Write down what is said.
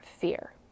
fear